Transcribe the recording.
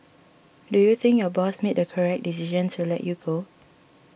do you think your boss made the correct decision to let you go